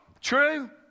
True